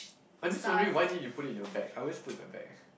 I'm just wondering why didn't you put it in your bag I always put in my bag eh